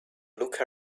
look